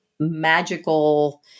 magical